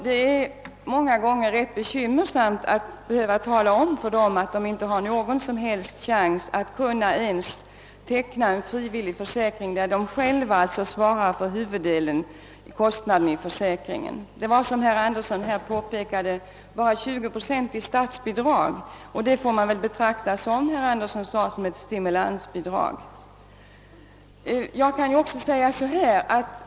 Det är många gånger rätt svårt att klargöra för dem att de inte har chans att ens teckna en frivillig försäkring, trots att de själva svarar för huvuddelen av försäkringskostnaden. Det utgår, såsom herr Anderson påpekade, bara 20 procent i statsbidrag, och detta får, såsom herr Anderson också sade, snarast betraktas som ett stimulansbidrag.